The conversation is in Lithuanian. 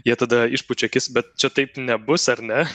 jie tada išpučia akis bet čia taip nebus ar ne